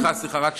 וסליחה, רק שנייה,